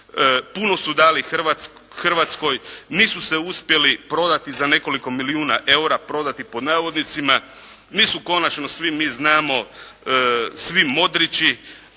Puno su dali Hrvatskoj. Nisu se uspjeli prodati za nekoliko milijuna EUR-a, prodati pod navodnicima. Nisu konačno svi mi znamo svi Modrići,